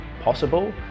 possible